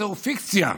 זו פיקציה,